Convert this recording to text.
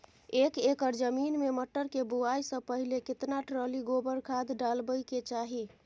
एक एकर जमीन में मटर के बुआई स पहिले केतना ट्रॉली गोबर खाद डालबै के चाही?